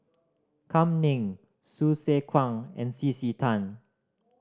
Kam Ning Hsu Tse Kwang and C C Tan